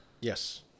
Yes